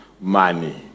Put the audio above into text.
money